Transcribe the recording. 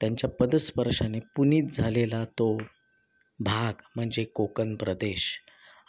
त्यांच्या पदस्पर्शाने पुनीत झालेला तो भाग म्हणजे कोकण प्रदेश